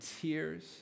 tears